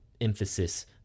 emphasis